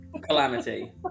Calamity